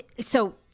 so-